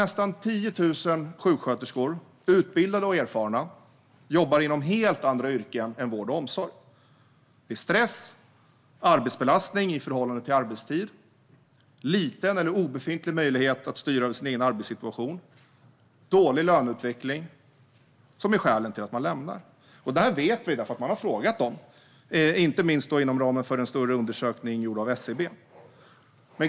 Nästan 10 000 utbildade och erfarna sjuksköterskor jobbar inom helt andra yrken än vård och omsorg. Stress, arbetsbelastning i förhållande till arbetstid, liten eller obefintlig möjlighet att styra över sin egen arbetssituation och dålig löneutveckling är skälen till att de lämnar yrket. Detta vet vi eftersom man har frågat dem, inte minst inom ramen för en större undersökning gjord av SCB.